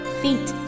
feet